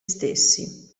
stessi